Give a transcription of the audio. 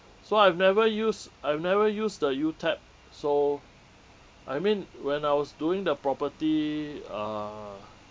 so I've never used I've never used the UTAP so I mean when I was doing the property uh